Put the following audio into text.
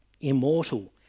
immortal